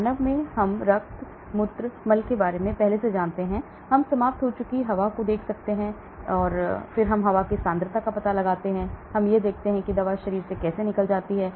मानव में हम रक्त मूत्र मल के बारे में जानते हैं हम समाप्त हो चुकी हवा को देखते हैं और फिर हम दवा की सांद्रता का पता लगाते हैं और फिर हम देखते हैं कि दवा शरीर से कैसे निकल जाती है